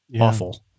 awful